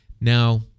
Now